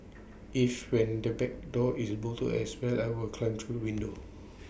if when the back door is bolted as well I will climb through window